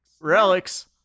Relics